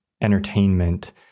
entertainment